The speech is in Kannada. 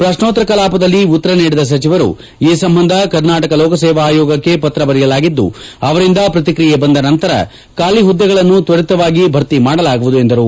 ಪ್ರಶ್ನೋತ್ತರ ಕೆಲಾಪದಲ್ಲಿ ಉತ್ತರ ನೀಡಿದ ಸಚಿವರು ಈ ಸಂಬಂಧ ಕರ್ನಾಟಕ ಲೋಕಸೇವಾ ಆಯೋಗಕ್ಕೆ ಪತ್ರ ಬರೆಯಲಾಗಿದ್ದು ಅವರಿಂದ ಪ್ರತಿಕ್ರಿಯೆ ಬಂದ ನಂತರ ಖಾಲಿ ಹುದ್ದೆಗಳನ್ನು ತ್ವರಿತವಾಗಿ ಭರ್ತಿ ಮಾಡಲಾಗುವುದು ಎಂದರು